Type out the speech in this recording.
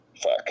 fuck